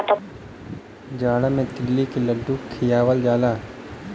जाड़ा मे तिल्ली क लड्डू खियावल जाला